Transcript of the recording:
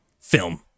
film